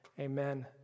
Amen